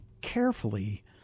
carefully